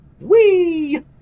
Wee